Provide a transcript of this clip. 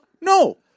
no